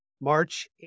March